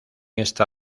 esta